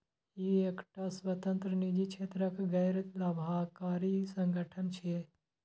ई एकटा स्वतंत्र, निजी क्षेत्रक गैर लाभकारी संगठन छियै